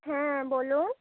হ্যাঁ বলো